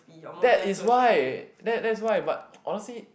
that is why that that's why but honestly